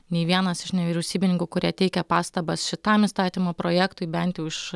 nei vienas iš nevyriausybininkų kurie teikia pastabas šitam įstatymo projektui bent jau iš